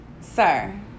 sir